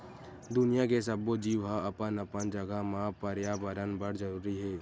दुनिया के सब्बो जीव ह अपन अपन जघा म परयाबरन बर जरूरी हे